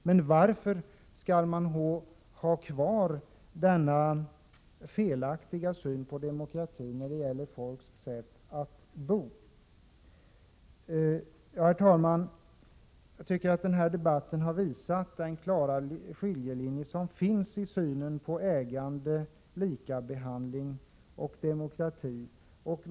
Men varför skall man då ha kvar denna felaktiga syn på demokratin när det handlar om boinflytande? Herr talman! Jag tycker att den här debatten har visat en klar skiljelinje beträffande synen på ägande, likabehandling och demokrati.